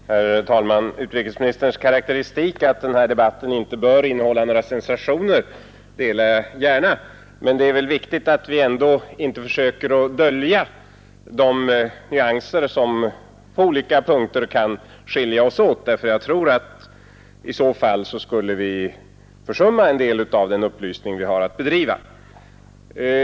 Herr talman! Utrikesministerns karakteristik att denna debatt inte bör innehålla några sensationer godkänner jag gärna. Men det är väl viktigt att vi ändå inte försöker dölja de nyanser som på olika punkter kan skilja oss åt därför att jag tror att i så fall skulle vi försumma en del av den upplysning som vi har att bedriva.